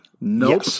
Nope